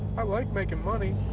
i like making money.